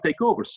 takeovers